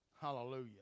Hallelujah